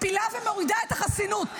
מפילה ומורידה את החסינות.